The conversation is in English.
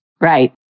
Right